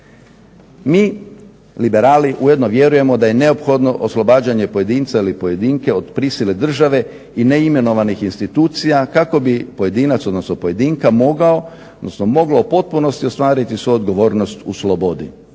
Mi Liberali ujedno vjerujemo da je neophodno oslobađanje pojedinca ili pojedinke od prisile države i neimenovanih institucija kako bi pojedinac, odnosno pojedinka mogao odnosno mogla u potpunosti ostvariti svoju odgovornost u slobodi.